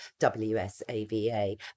WSAVA